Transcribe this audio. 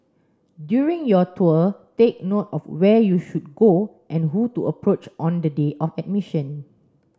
during your tour take note of where you should go and who to approach on the day of admission